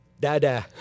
Dada